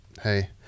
hey